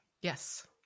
Yes